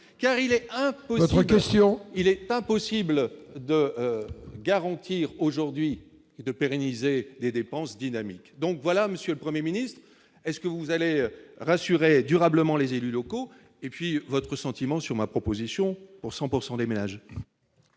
il est impossible de garantir aujourd'hui est de pérenniser des dépenses dynamiques, donc voilà Monsieur le 1er ministre est-ce que vous allez rassurer durablement les élus locaux et puis votre sentiment sur ma proposition, pour 100 pourcent des